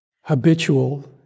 habitual